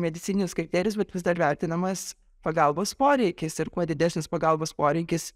medicininius kriterijus bet vis dar vertinamas pagalbos poreikis ir kuo didesnis pagalbos poreikis